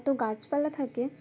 এত গাছপালা থাকে